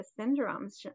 syndromes